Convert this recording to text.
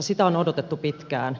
sitä on odotettu pitkään